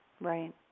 Right